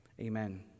Amen